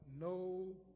No